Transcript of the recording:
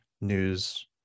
news